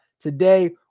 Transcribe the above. Today